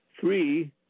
three